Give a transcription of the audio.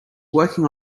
working